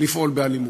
לפעול באלימות,